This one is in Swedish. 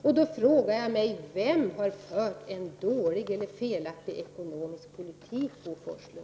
Vem kan det då vara som har fört en dålig eller felaktig ekonomisk politik, Bo Forslund?